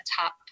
top